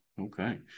Okay